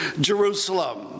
Jerusalem